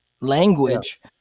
language